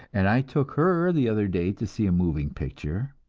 and i took her, the other day, to see a moving picture.